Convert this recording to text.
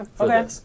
Okay